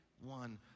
one